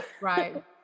Right